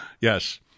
Yes